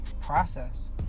process